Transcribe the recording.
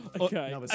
Okay